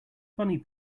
bunny